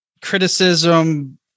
criticism